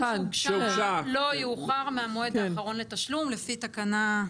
לא יאוחר מהמועד האחרון לתשלום לפי תקנה...